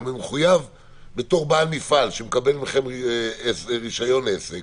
אלא מחויב בתור בעל מפעל שמקבל רישיון עסק